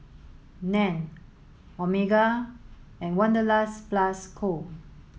Nan Omega and Wanderlust Plus Co